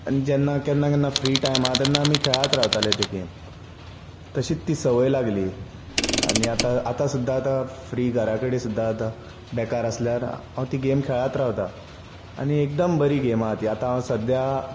आनी जेन्ना केन्ना केन्ना फ्री टायम आहा तेन्ना आमी खेळत रावताले ती गेम तशींच ती संवय लागली आनी आतां आतां सुद्दां आतां फ्री घरा कडेन सुद्दां आतां बेकार आसल्यार हांव ती गेम खेळत रावतां आनी एकदम बरी गेम आहा ती आतां हांव सद्द्या